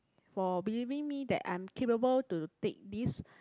for believing me that I'm capable to take this